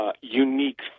unique